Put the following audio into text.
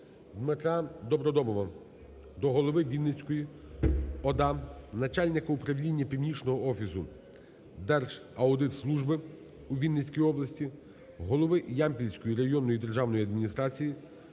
Дмитра Добродомова до голови Вінницької ОДА начальника управління Північного офісу Держаудитслужби у Вінницькій області, голови Ямпільської районної державної адміністрації